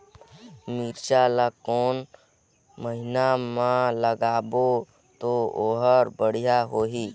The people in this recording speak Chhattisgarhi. मिरचा ला कोन महीना मा लगाबो ता ओहार बेडिया होही?